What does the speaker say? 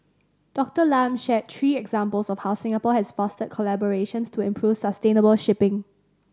Doctor Lam shared three examples of how Singapore has fostered collaborations to improve sustainable shipping